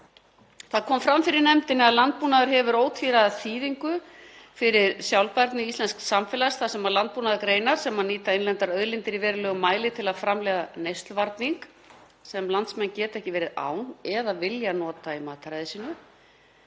Það kom fram fyrir nefndinni að landbúnaður hefur ótvíræða þýðingu fyrir sjálfbærni íslensks samfélags þar sem landbúnaðargreinarnar nýta innlendar auðlindir í verulegum mæli til að framleiða neysluvarning sem landsmenn geta ekki verið án eða vilja nota í mataræði sínu.